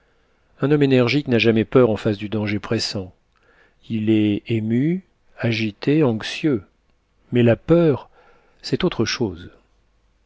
un homme énergique n'a jamais peur en face du danger pressant il est ému agité anxieux mais la peur c'est autre chose